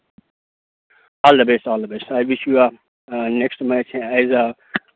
all the best I wish you next match ہے as آ